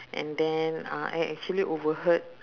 and then uh I actually overheard